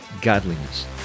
godliness